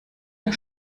der